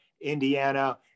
Indiana